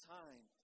time